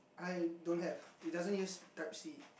I don't have it doesn't use type C